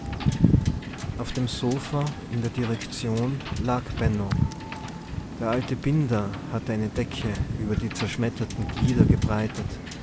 auf dem sofa in der direktion lag benno der alte binder hatte eine decke über die zerschmetterten glieder gebreitet